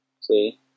see